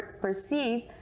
perceive